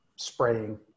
spraying